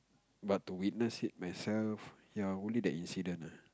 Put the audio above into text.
but to witness it myself ya only that incident ah